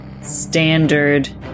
standard